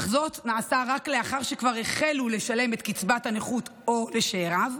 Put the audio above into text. אך זאת רק לאחר שכבר החלו לשלם את קצבת הנכות לו או לשאיריו,